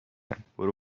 برو، برو